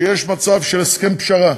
שיש מצב של הסכם פשרה